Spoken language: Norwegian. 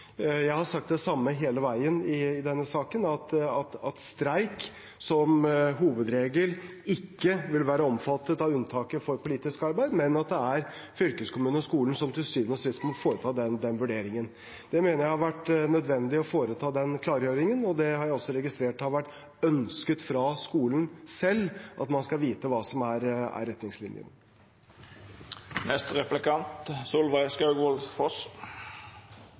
Jeg har sagt det samme hele veien i denne saken, at streik som hovedregel ikke vil være omfattet av unntaket for politisk arbeid, men at det er fylkeskommunen og skolen som til syvende og sist må foreta den vurderingen. Jeg mener det har vært nødvendig å foreta den klargjøringen, og det har jeg også registrert har vært ønsket fra skolene selv – at man skal vite hva som er